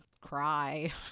cry